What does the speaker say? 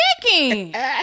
Chicken